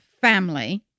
family